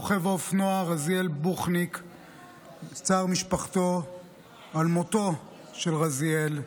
רוכב האופנוע רזיאל בוחניק על מותו של רזיאל,